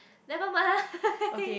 never mind